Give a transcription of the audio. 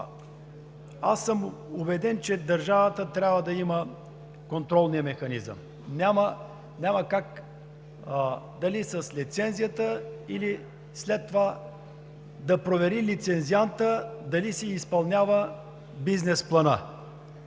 Аз съм убеден, че държавата трябва да има контролния механизъм. Няма как, дали с лицензията, или след това, да провери лицензиантът дали си изпълнява бизнес плана.